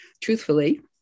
truthfully